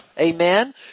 Amen